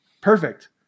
perfect